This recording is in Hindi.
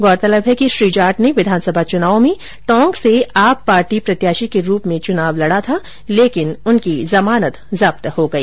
गौरतलब है कि श्री जाट ने विधानसभा चुनाव में टोंक से आप पार्टी प्रत्याशी के रुप में चुनाव लड़ा था लेकिन उनकी जमानत जब्त हो गई